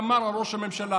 שאמר על ראש הממשלה